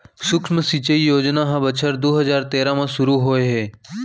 सुक्ष्म सिंचई योजना ह बछर दू हजार तेरा म सुरू होए हे